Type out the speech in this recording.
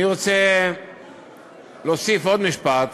אני רוצה להוסיף עוד משפט: